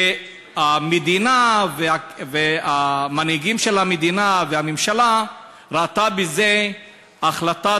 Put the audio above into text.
המדינה והמנהיגים של המדינה והממשלה ראו בה החלטה